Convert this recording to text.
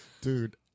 Dude